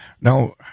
now